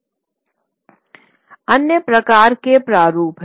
अन्य प्रकार के प्रारूप हैं